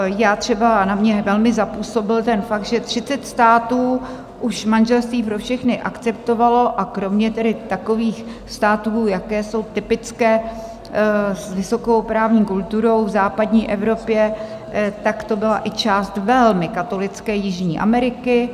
Já třeba, na mě velmi zapůsobil ten fakt, že 30 států už manželství pro všechny akceptovalo, a kromě tedy takových států, jaké jsou typické, s vysokou právní kulturou v západní Evropě, tak to byla i část velmi katolické Jižní Ameriky.